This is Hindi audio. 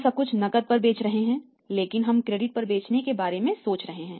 हम सब कुछ नकद पर बेच रहे हैं लेकिन हम क्रेडिट पर बेचने के बारे में सोच रहे हैं